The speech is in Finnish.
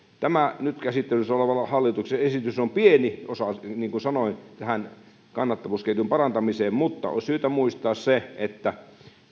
tämä nyt käsittelyssä oleva hallituksen esitys on pieni osa niin niin kuin sanoin tähän kannattavuusketjun parantamiseen mutta on syytä muistaa se että